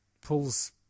pulls